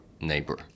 neighbor